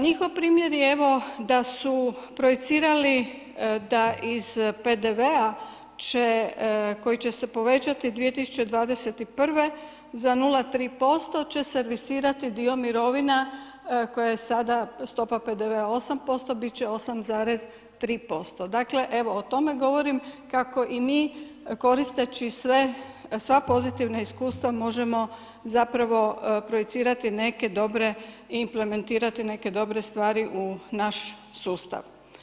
Njihov primjer je evo da su projicirali da iz PDV-a koji će se povećati 2021. za 0,3% će servisirati dio mirovina koje sada stopa PDV-a 8%, bit će 8,3%, dakle o tome govorim kako i mi, koristeći sva pozitivna iskustva, možemo projicirati neke dobre i implementirati neke dobre stvari u naš sustav.